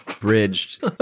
bridged